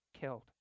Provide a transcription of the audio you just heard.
killed